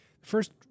first